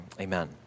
amen